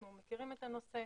אנחנו מכירים את הנושא,